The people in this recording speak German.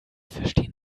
verstehen